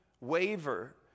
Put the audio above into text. waver